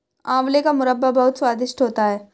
आंवले का मुरब्बा बहुत स्वादिष्ट होता है